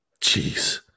Jeez